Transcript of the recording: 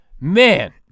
Man